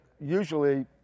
usually